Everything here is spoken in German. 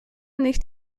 nicht